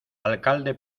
alcalde